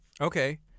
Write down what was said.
Okay